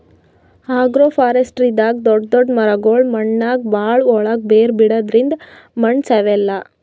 ಅಗ್ರೋಫಾರೆಸ್ಟ್ರಿದಾಗ್ ದೊಡ್ಡ್ ದೊಡ್ಡ್ ಮರಗೊಳ್ ಮಣ್ಣಾಗ್ ಭಾಳ್ ಒಳ್ಗ್ ಬೇರ್ ಬಿಡದ್ರಿಂದ್ ಮಣ್ಣ್ ಸವೆಲ್ಲಾ